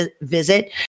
visit